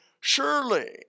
surely